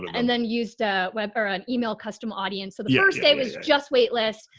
and then used a weber on email, custom audience. so the first day was just wait lists.